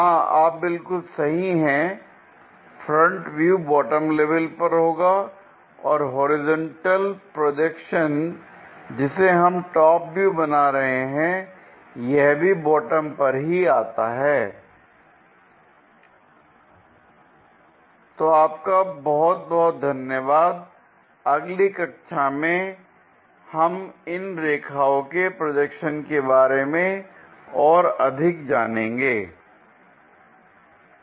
हां आप बिल्कुल सही हैं फ्रंट व्यू बॉटम लेवल पर होगा और होरिजेंटल प्रोजेक्शन जिसे हम टॉप व्यू बना रहे हैं यह भी बॉटम पर ही आता हैl तो आपका बहुत बहुत धन्यवाद अगली कक्षा में हम इन रेखाओं के प्रोजेक्शन के बारे में और अधिक जानेंगे l